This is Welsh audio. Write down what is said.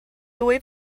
dwy